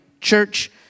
church